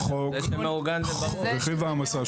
רכיב העמסה,